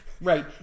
Right